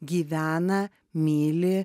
gyvena myli